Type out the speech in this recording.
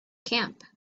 camp